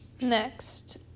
Next